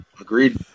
Agreed